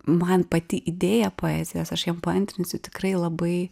man pati idėja poezijos aš jam paantrinsiu tikrai labai